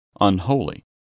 unholy